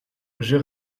j’ai